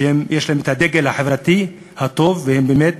שיש להם את הדגל החברתי הטוב והם באמת